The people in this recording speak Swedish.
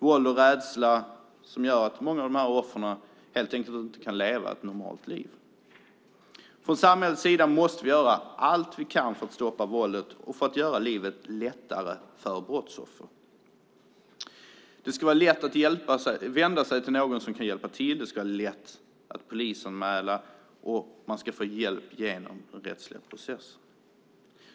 Våld och rädsla för våld gör att många av dessa offer helt enkelt inte kan leva ett normalt liv. Från samhällets sida måste vi göra allt vi kan för att stoppa våldet och för att göra livet lättare för brottsoffer. Det ska vara lätt att vända sig till någon som kan hjälpa till, och det ska vara lätt att polisanmäla och få hjälp genom den rättsliga processen.